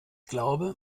glaube